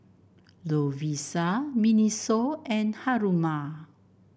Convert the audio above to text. Lovisa Miniso and Haruma